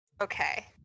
okay